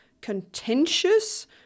contentious